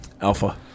Alpha